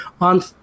on